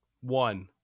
One